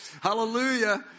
Hallelujah